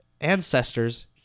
ancestors